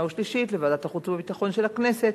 ושלישית לוועדת החוץ והביטחון של הכנסת,